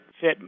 fit